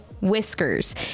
whiskers